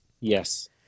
Yes